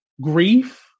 grief